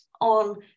on